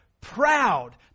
proud